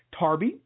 Tarby